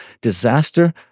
disaster